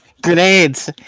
Grenades